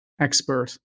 expert